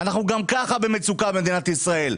אנחנו גם כך במצוקה במדינת ישראל,